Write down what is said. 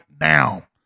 now